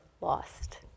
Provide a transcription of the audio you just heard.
lost